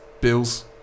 Bill's